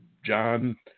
John